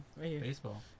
Baseball